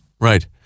Right